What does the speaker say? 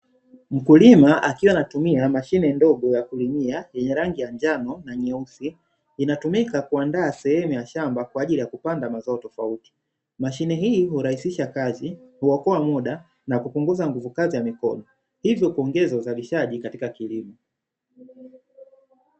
Mkulima akiwa anatumia mashine ndogo ya kulimia yenye rangi ya njano na nyeusi, inatumika kuandaa sehemu ya shamba kwa ajili ya kupanda mazao tofauti. Mashine hii hurahisisha kazi, kuokoa muda na kupunguza nguvu kazi ya mikono, hivyo kuongeza uzalishaji katika kilimo.